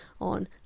on